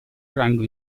rango